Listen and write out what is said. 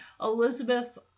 Elizabeth